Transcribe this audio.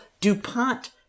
DuPont